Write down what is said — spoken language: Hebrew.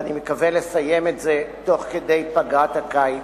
ואני מקווה לסיים את זה תוך כדי פגרת הקיץ,